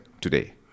Today